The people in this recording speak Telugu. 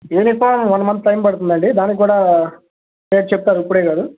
యూనిఫార్మ్ వన్ మంత్ టైం పడుతుందండి దాన్ని కూడా రేపు చెప్తాను ఇప్పుడే కాదు